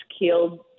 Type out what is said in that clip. killed